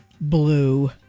blue